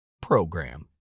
PROGRAM